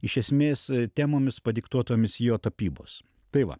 iš esmės temomis padiktuotomis jo tapybos tai va